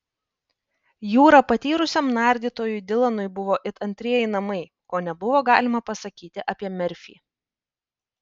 jūra patyrusiam nardytojui dilanui buvo it antrieji namai ko nebuvo galima pasakyti apie merfį